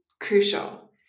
crucial